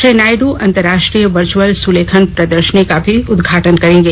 श्री नायड् अंतरराष्ट्रीय वर्चुअल सुलेखन प्रदर्शनी का भी उद्घाटन करेंगे